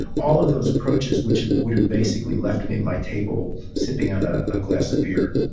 all of those approaches which ah would have basically left me at my table, sipping on a ah glass of beer.